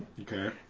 okay